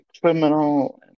criminal